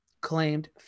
claimed